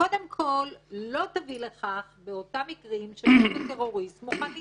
קודם כול לא תביא לכך באותם מקרים שאותו טרוריסט מוכן להתאבד.